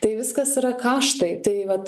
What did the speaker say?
tai viskas yra kaštai tai vat